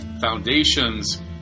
foundations